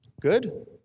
Good